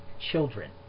children